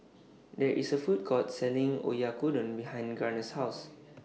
There IS A Food Court Selling Oyakodon behind Garner's House